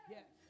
Yes